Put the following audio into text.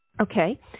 Okay